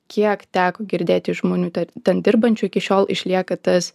kiek teko girdėt iš žmonių ten dirbančių iki šiol išlieka tas